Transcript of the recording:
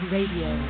Radio